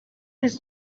his